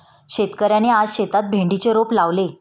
शेतकऱ्याने आज शेतात भेंडीचे रोप लावले